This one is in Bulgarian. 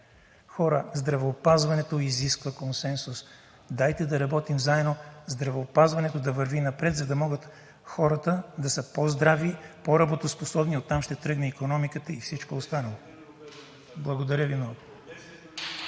Хора, здравеопазването изисква консенсус, дайте да работим заедно здравеопазването да върви напред, за да могат хората да са по-здрави, по-работоспособни. Оттам ще тръгне и икономиката и всичко останало. (Ръкопляскания